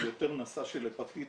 הוא יותר נשא של הפטיטיס,